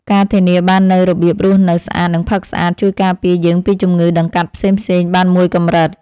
ការធានាបាននូវរបៀបរស់នៅស្អាតនិងផឹកស្អាតជួយការពារយើងពីជំងឺដង្កាត់ផ្សេងៗបានមួយកម្រិត។